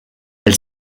elle